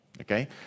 Okay